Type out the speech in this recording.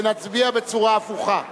ונצביע בצורה הפוכה.